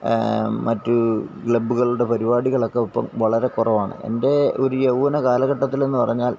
മറ്റു ഗ്ലബ്ബുകളുടെ പരിപാടികളൊക്കെ ഇപ്പോള് വളരെ കുറവാണ് എന്റെ ഒരു യൗവ്വനകാലഘട്ടത്തിലെന്നു പറഞ്ഞാല്